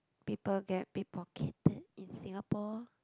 people get pick pocketed in Singapore